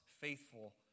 faithful